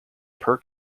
per